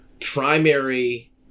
primary